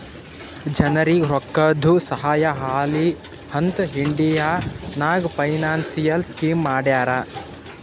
ಜನರಿಗ್ ರೋಕ್ಕಾದು ಸಹಾಯ ಆಲಿ ಅಂತ್ ಇಂಡಿಯಾ ನಾಗ್ ಫೈನಾನ್ಸಿಯಲ್ ಸ್ಕೀಮ್ ಮಾಡ್ಯಾರ